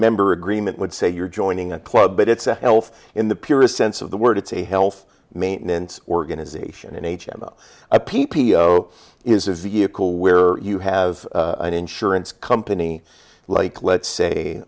member agreement would say you're joining a club but it's a health in the purest sense of the word it's a health maintenance organization an h m o a p p o is a vehicle where you have an insurance company like let's say